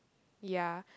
ya